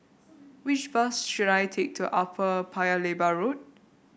which bus should I take to Upper Paya Lebar Road